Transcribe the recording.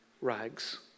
rags